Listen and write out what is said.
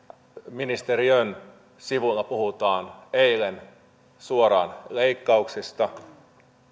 ministeriön sivuilla puhuttiin eilen suoraan leikkauksista